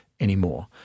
anymore